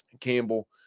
Campbell